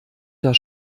das